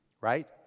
right